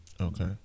Okay